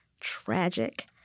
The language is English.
tragic